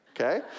Okay